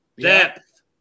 depth